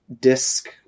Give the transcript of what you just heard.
disc